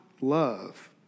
love